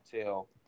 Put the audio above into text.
tell